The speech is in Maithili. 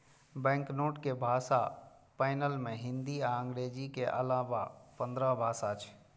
बैंकनोट के भाषा पैनल मे हिंदी आ अंग्रेजी के अलाना पंद्रह भाषा छै